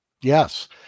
Yes